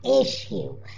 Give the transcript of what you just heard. issue